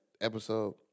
episode